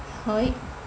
好